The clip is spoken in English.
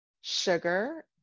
sugar